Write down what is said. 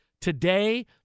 today